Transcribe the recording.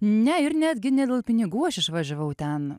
ne ir netgi ne dėl pinigų aš išvažiavau ten